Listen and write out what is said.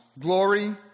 glory